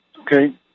Okay